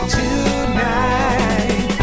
tonight